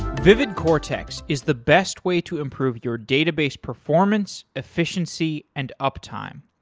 vividcortex is the best way to improve your database performance, efficiency, and uptime.